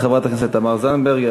תודה לחברת הכנסת תמר זנדברג.